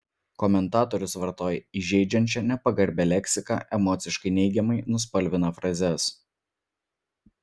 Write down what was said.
komentatorius vartoja įžeidžiančią nepagarbią leksiką emociškai neigiamai nuspalvina frazes